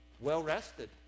well-rested